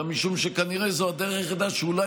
אלא משום שכנראה זו הדרך היחידה שבה אולי